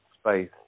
space